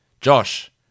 Josh